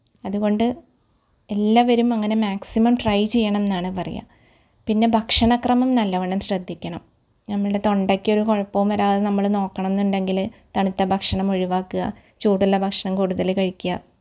അതുകൊണ്ട് എല്ലാവരും അങ്ങനെ മാക്സിമം ട്രൈ ചെയ്യണം എന്നാണ് പറയുക പിന്നെ ഭക്ഷണ ക്രമം നല്ലവണ്ണം ശ്രദ്ധിക്കണം നമ്മുടെ തൊണ്ടയ്ക്കൊരു കുഴപ്പവും വരാതെ നമ്മൾ നോക്കണം എന്നുണ്ടെങ്കിൽ തണുത്ത ഭക്ഷണം ഒഴിവാക്കുക ചൂടുള്ള ഭക്ഷണം കൂടുതൽ കഴിക്കുക